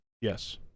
Yes